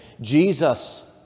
Jesus